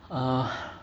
err